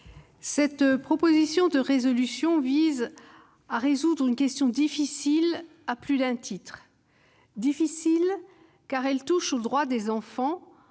cette proposition de résolution vise à résoudre une question difficile à plus d'un titre : difficile, car elle touche aux droits des enfants,